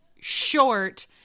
short